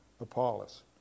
Apollos